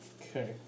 Okay